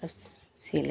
अब सिल लेते हैं